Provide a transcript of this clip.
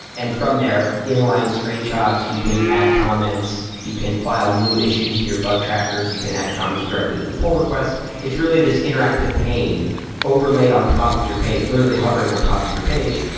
and from there, in-line screenshots, you can add comments, you can file new issues to your bug trackers. you can add comments directly to the pull request. it's really this interactive pain overlaid on top of your page, literally hovering on top your page.